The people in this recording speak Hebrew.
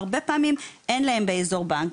והרבה פעמים אין להם באזור בנק,